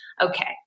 Okay